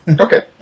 Okay